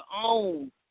own